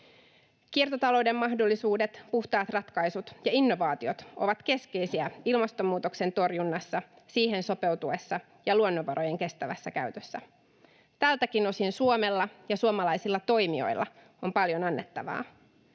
Kiertotalouden mahdollisuudet, puhtaat ratkaisut ja innovaatiot ovat keskeisiä ilmastonmuutoksen torjunnassa, siihen sopeutumisessa ja luonnonvarojen kestävässä käytössä. Tältäkin osin Suomella ja suomalaisilla toimijoilla on paljon annettavaa.